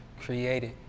created